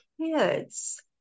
kids